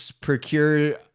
procure